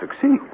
succeed